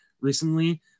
recently